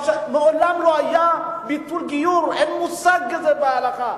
מעולם לא היה ביטול גיור, אין מושג כזה בהלכה.